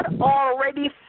already